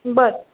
बरं